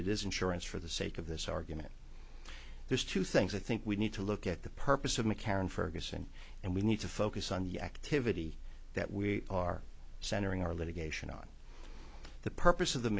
it is insurance for the sake of this argument there's two things i think we need to look at the purpose of mccarren ferguson and we need to focus on the activity that we are centering our litigation on the purpose of the